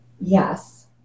Yes